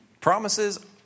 Promises